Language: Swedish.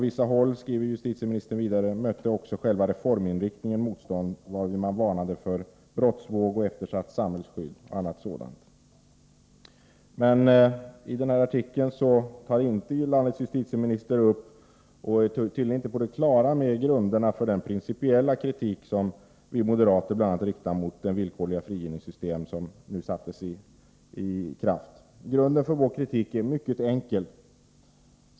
Justitieministern skriver vidare att också själva reforminriktningen mötte motstånd från vissa håll, varvid man varnade för en brottsvåg, eftersatt samhällsskydd och liknande. I den här artikeln tar landets justitieminister inte upp — och är tydligen inte på det klara med — grunderna för den principiella kritik som bl.a. vi moderater riktar mot det system för villkorlig frigivning som satts i kraft. Grunden för vår kritik är mycket enkel.